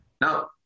Now